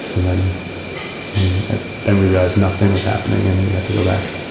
and then and then we realized nothing was happening, and we had to go back